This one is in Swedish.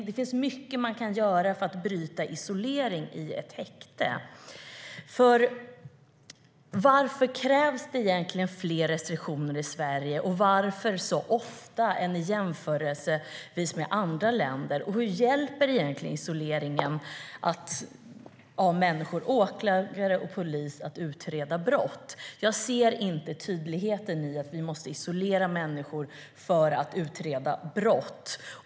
Det finns mycket man kan göra för att bryta isolering i ett häkte, till exempel gemenskapsvistelse och samsittning. Varför krävs det egentligen fler restriktioner i Sverige? Och varför så ofta, jämfört med andra länder? Och hur hjälper egentligen isoleringen åklagare och polis att utreda brott? Jag ser inte tydligheten i att vi måste isolera människor för att utreda brott.